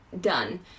done